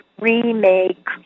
remake